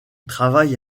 travaille